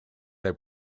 they